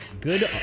Good